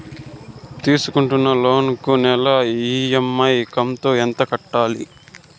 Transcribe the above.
తీసుకుంటున్న లోను కు నెల ఇ.ఎం.ఐ కంతు ఎంత కట్టాలి?